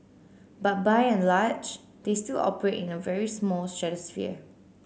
but by and large they still operate in a very small stratosphere